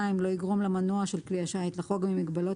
לא יגרום למנוע של כלי השיט לחרוג ממגבלות